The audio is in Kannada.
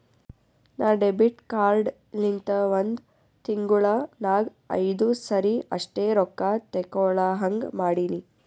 ನಾ ಡೆಬಿಟ್ ಕಾರ್ಡ್ ಲಿಂತ ಒಂದ್ ತಿಂಗುಳ ನಾಗ್ ಐಯ್ದು ಸರಿ ಅಷ್ಟೇ ರೊಕ್ಕಾ ತೇಕೊಳಹಂಗ್ ಮಾಡಿನಿ